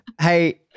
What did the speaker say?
Hey